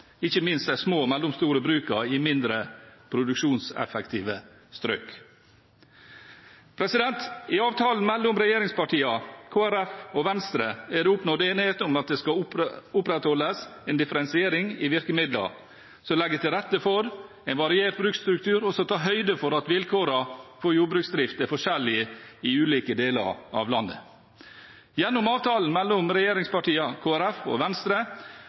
ikke minst de små og mellomstore brukene i mindre produksjonseffektive strøk. I avtalen mellom regjeringspartiene, Kristelig Folkeparti og Venstre er det oppnådd enighet om at det skal opprettholdes en differensiering i virkemidler som legger til rette for en variert bruksstruktur, og som tar høyde for at vilkårene for jordbruksdrift er forskjellige i ulike deler av landet. Gjennom avtalen mellom regjeringspartiene, Kristelig Folkeparti og Venstre